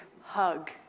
hug